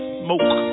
smoke